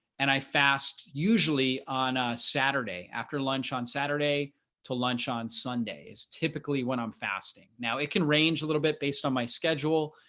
and i fast usually on saturday after lunch on saturday to lunch on sundays, typically when i'm fasting. now it can range a little bit based on my schedule,